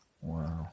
Wow